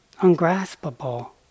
ungraspable